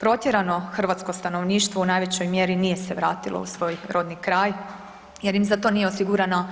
Protjerano hrvatsko stanovništvo u najvećoj mjeri nije se vratilo u svoj rodni kraj, jer im za to nije osigurana